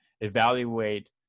evaluate